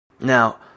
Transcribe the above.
Now